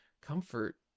comfort